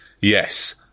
Yes